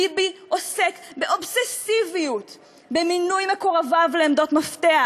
ביבי עוסק באובססיביות במינוי מקורביו לעמדות מפתח,